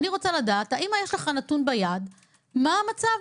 אני רוצה לדעת האם יש לך נתון ביד מה המצב?